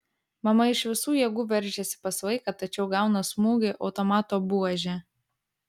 mama iš visų jėgų veržiasi pas vaiką tačiau gauna smūgį automato buože